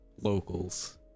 locals